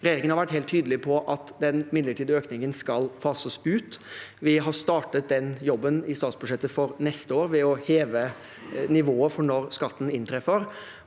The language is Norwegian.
Regjeringen har vært helt tydelig på at den midlertidige økningen skal fases ut. Vi har startet den jobben i statsbudsjettet for neste år ved å heve nivået for når skatten inntreffer.